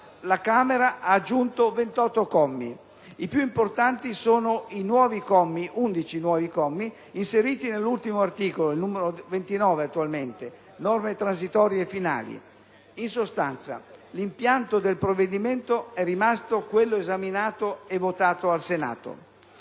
la Camera ha aggiunto 28 commi. I più importanti sono gli 11 nuovi commi inseriti nell'ultimo articolo, l'attuale articolo 29 («Norme transitorie e finali»). In sostanza l'impianto del provvedimento è rimasto quello esaminato e votato al Senato.